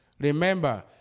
Remember